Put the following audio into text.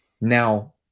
now